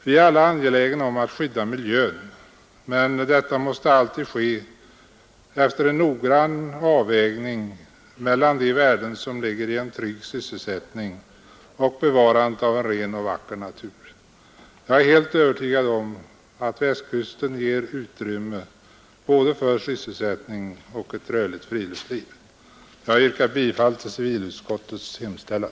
Vi är alla angelägna om att skydda miljön, men detta måste alltid ske efter en noggrann avvägning mellan de värden som ligger i en trygg sysselsättning och i bevarandet av en ren och vacker natur. Jag är helt övertygad om att Västkusten ger utrymme för både sysselsättning och ett rörligt friluftsliv. Jag yrkar bifall till civilutskottets hemställan.